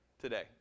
today